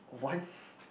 one